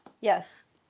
Yes